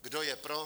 Kdo je pro?